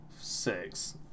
six